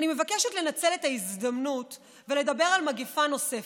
אני מבקשת לנצל את ההזדמנות ולדבר על מגפה נוספת,